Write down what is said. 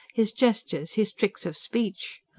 his gestures, his tricks of speech.